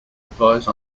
advise